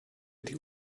die